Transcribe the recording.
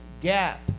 gap